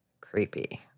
Creepy